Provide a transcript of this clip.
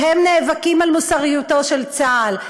והם נאבקים על מוסריותו של צה"ל.